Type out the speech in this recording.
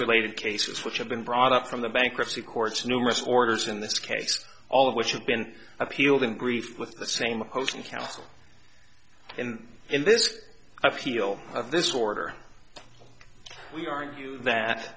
related cases which have been brought up from the bankruptcy courts numerous orders in this case all of which have been appealed and grieve with the same opposing counsel and in this i feel of this order we argue that